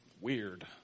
weird